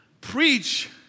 Preach